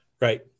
Right